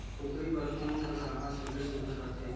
कूकरी बर कोन कस आहार सबले सुघ्घर रथे?